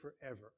forever